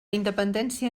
independència